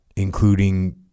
including